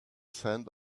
scent